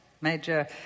Major